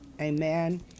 Amen